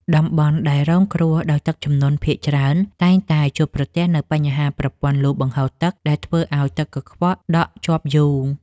តំបន់ដែលរងគ្រោះដោយទឹកជំនន់ភាគច្រើនតែងតែជួបប្រទះនូវបញ្ហាប្រព័ន្ធលូបង្ហូរទឹកដែលធ្វើឱ្យទឹកកខ្វក់ដក់ជាប់យូរ។